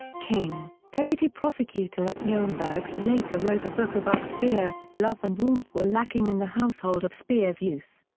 king, deputy prosecutor at nuremberg who later wrote a book about speer, love and warmth were lacking in the household of speer's youth.